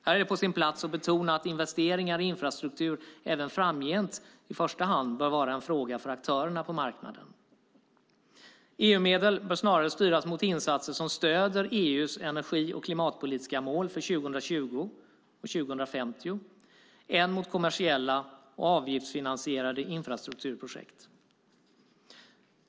Här är det på sin plats att betona att investeringar i infrastruktur även framgent i första hand bör vara en fråga för aktörerna på marknaden. EU-medel bör snarare styras mot insatser som stöder EU:s energi och klimatpolitiska mål för 2020 och 2050 än mot kommersiella och avgiftsfinansierade infrastrukturprojekt.